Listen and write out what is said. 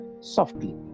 softly